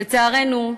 לצערנו,